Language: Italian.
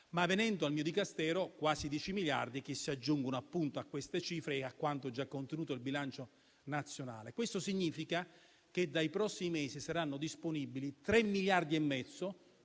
Ma venendo al mio Dicastero, quasi 10 miliardi si aggiungono a queste cifre e a quanto già contenuto nel bilancio nazionale. Questo significa che dai prossimi mesi saranno disponibili tre miliardi e mezzo